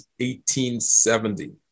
1870